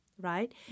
right